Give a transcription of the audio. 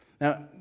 Now